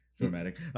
dramatic